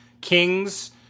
kings